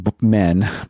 men